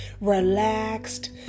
relaxed